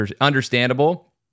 understandable